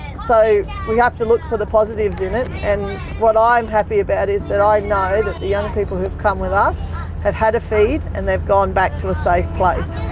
so we have to look for the positives in it, and what i'm happy about is that i know that the young people who've come with us have had a feed and they've gone back to a safe place.